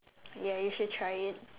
ya you should try it